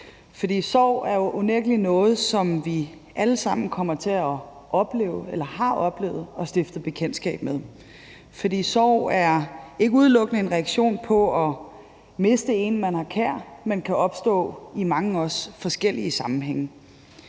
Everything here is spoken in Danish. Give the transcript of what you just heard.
Sorg er jo unægtelig noget, som vi alle sammen kommer til at opleve eller har oplevet og stiftet bekendtskab med. Sorg er ikke udelukkende en reaktion på at miste en, man har kær, men kan opstå i mange forskellige sammenhænge.